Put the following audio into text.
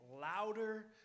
louder